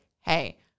hey